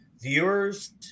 viewers